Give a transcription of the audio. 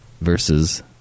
versus